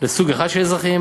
לסוג אחד של אזרחים,